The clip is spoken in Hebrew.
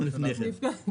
אני רוצה למקד אתכם, ראשית,